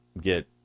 get